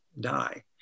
die